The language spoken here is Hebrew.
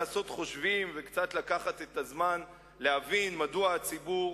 צריך לעשות חושבים וקצת לקחת את הזמן להבין מדוע הציבור